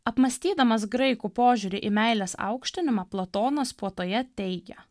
apmąstydamas graikų požiūrį į meilės aukštinimą platonas puotoje teigia